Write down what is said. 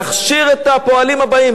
להכשיר את הפועלים הבאים.